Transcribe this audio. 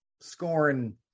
scoring